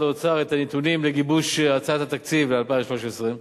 האוצר את הנתונים לגיבוש הצעת התקציב ל-2013.